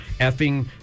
effing